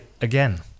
again